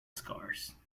scars